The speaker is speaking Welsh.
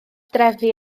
drefi